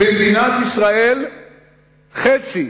במדינת ישראל חצי,